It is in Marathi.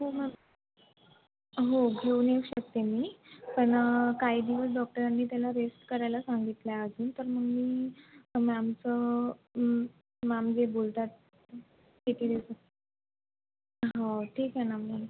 हो मॅम हो घेऊन येऊ शकते मी पण काही दिवस डॉक्टरांनी त्याला रेस्ट करायला सांगितलं आहे अजून तर मग मी मॅमचं मॅम जे बोलतात किती दिवस हो ठीक आहे ना मॅम